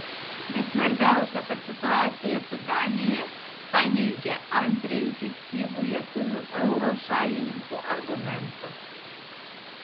bet svarbiausia kad situacija su danija paneigia antrąjį fiktyvų lietuvių euro šalininkų argumentą